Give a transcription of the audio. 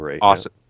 Awesome